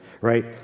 right